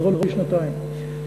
קרוב לשנתיים,